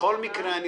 ברשותכם,